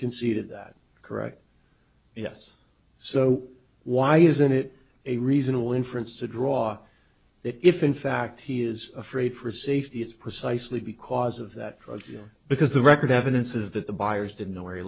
conceded that correct yes so why isn't it a reasonable inference to draw if in fact he is afraid for safety it's precisely because of that because the record evidence is that the buyers didn't know where he